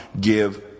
give